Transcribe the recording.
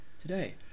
Today